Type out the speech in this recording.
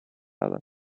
other